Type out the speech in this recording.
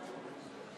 גברתי היושבת-ראש,